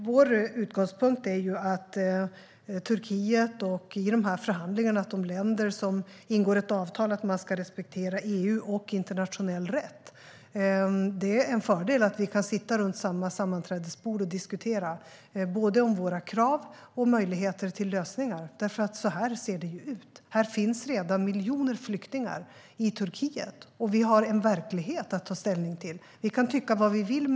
Herr talman! Vår utgångspunkt i förhandlingarna är ju att Turkiet när man ingår ett avtal med länderna ska respektera EU och internationell rätt. Det är en fördel att vi kan sitta runt samma sammanträdesbord och diskutera både om våra krav och om möjligheter till lösningar. Så här ser det ut. Det finns redan miljoner flyktingar i Turkiet, och vi har en verklighet att ta ställning till. Vi kan tycka vad vi vill.